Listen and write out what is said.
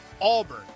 Auburn